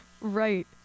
Right